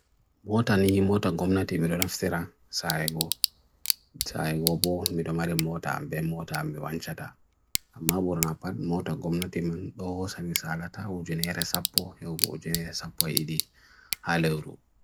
mwota nii, mwota gomna tii, mwota nafsira, sae go, sae go bo, mwita mwota ambe, mwota ambe wanshata ammaboron apad, mwota gomna tii man, doho sa nii sa alata, ujene re sabbo, hewbo ujene re sabbo edi, hale uru